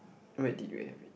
where did you have it